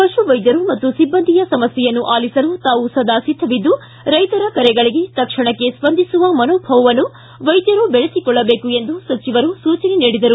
ಪಶುವೈದ್ದರು ಮತ್ತು ಒಬ್ಬಂದಿಯ ಸಮಸ್ಕೆಯನ್ನು ಆಲಿಸಲು ತಾವು ಸದಾ ಸಿದ್ಧವಿದ್ದು ರೈತರ ಕರೆಗಳಿಗೆ ತಕ್ಷಣಕ್ಕೆ ಸ್ಪಂದಿಸುವ ಮನೋಭಾವವನ್ನು ವೈದ್ಯರು ಬೆಳೆಸಿಕೊಳ್ಳಬೇಕು ಎಂದು ಸಚಿವರು ಸೂಚನೆ ನೀಡಿದರು